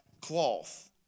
cloth